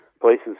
places